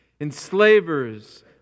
enslavers